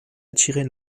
attirer